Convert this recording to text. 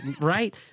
Right